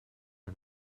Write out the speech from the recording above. and